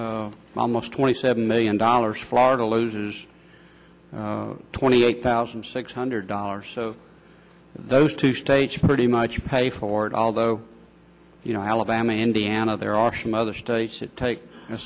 one almost twenty seven million dollars florida loses twenty eight thousand six hundred dollars so those two states pretty much pay for it although you know alabama indiana there are some other states that take a